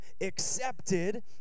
accepted